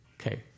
Okay